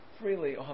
freely